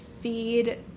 feed